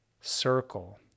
circle